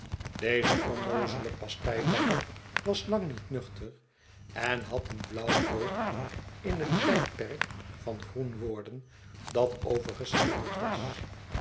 deze onnoozele pasteibakker was lang niet nuchter en had een blauw oog in net tijdperk van groen worden dat overgeschilderd was